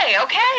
okay